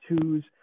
twos